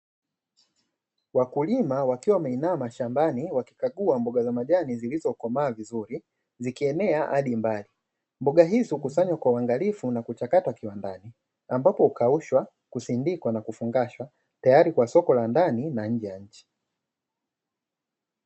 Wakulima wakiwa wameinama shambani wakikagua mboga za majani zilizokomaa vizuri zikienea hadi mbali, mboga hizo hukusanywa kwa uangalifu na kuchakatwa kiwandani, ambapo hukaushwa, kusindikwa na kufungashwa, tayari kwa soko la ndani na nje ya nchi.